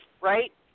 right